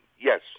yes